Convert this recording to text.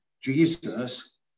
Jesus